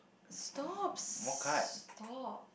stop stop